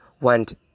went